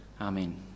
Amen